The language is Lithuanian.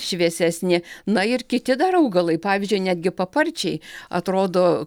šviesesnė na ir kiti dar augalai pavyzdžiui netgi paparčiai atrodo